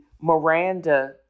Miranda